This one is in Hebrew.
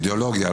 אידיאולוגיה.